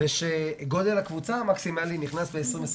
ושגודל הקבוצה המקסימלי נכנס ב-2023.